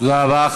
תודה רבה.